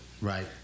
Right